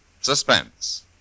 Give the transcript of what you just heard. suspense